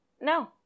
No